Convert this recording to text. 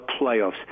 playoffs